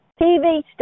TV